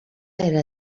era